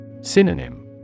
Synonym